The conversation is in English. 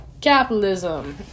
capitalism